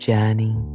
Journey